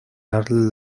darle